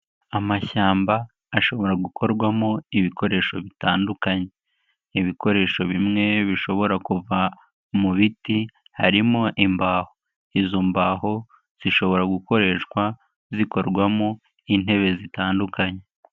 Amashyamba ashobora gukorwamo ibikoresho bitandukanye, ibikoresho bimwe bishobora kuva mu biti harimo imbaho. Izo mbahoho zishobora gukoreshwa zikorwamo n'intebe zitandukanye.